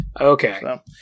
Okay